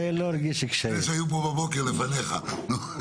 זה שהיו בבוקר לפניך.